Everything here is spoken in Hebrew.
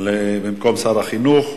במקום שר החינוך.